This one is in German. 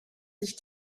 sich